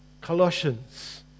Colossians